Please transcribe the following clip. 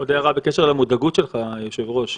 עוד הערה בקשה למודאגות שלך, היושב-ראש,